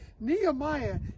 Nehemiah